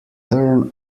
turn